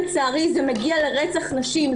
לצערי זה מגיע לרצח נשים,